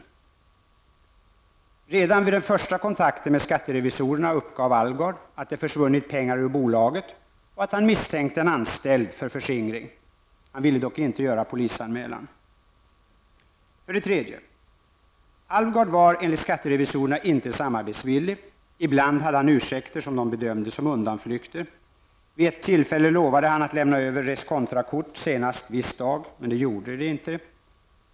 Redan vid den första kontaken med skatterevisorerna uppgav Alvgard att det försvunnit pengar ur bolaget och att han misstänkte en tidigare anställd för förskingring. Han ville dock inte göra polisanmälan. För det tredje var Alvgard enligt skatterevisorerna inte samarbetsvillig. Ibland hade han ursäkter som de bedömde som undanflykter. Vid ett tillfälle lovade han att lämna över reskontrakort senast viss dag men gjorde det inte.